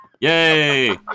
Yay